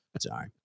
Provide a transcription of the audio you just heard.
Sorry